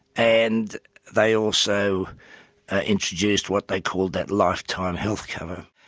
and they also ah introduced what they called that lifetime health cover.